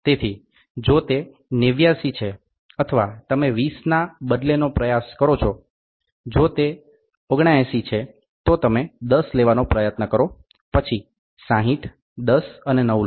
તેથી જો તે 89 છે અથવા તમે 20 ના બદલેનો પ્રયાસ કરો છો જો તે 79 છે તો તમે 10 લેવાનો પ્રયત્ન કરો પછી 60 10 અને 9 લો